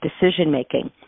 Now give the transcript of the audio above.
decision-making